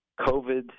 covid